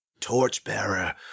torchbearer